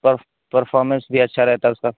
پر performance بھی اچھا رہتا ہے اس کا